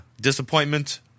disappointment